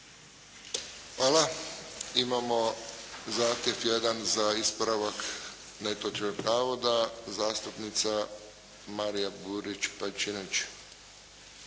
Hvala. Imamo zahtjev jedan za ispravak netočnog navoda. Zastupnica Marija Burić-Pejčinović.